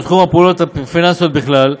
ובתחום הפעולות הפיננסיות בכלל,